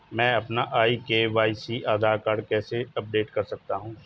मैं अपना e KYC Aadhaar card कैसे अपडेट कर सकता हूँ?